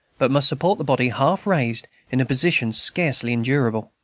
but must support the body half raised, in a position scarcely endurable.